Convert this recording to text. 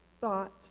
thought